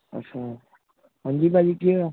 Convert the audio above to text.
ਅੱਛਾ ਹਾਂਜੀ ਭਾਅ ਜੀ ਕੀ ਹੋਇਆ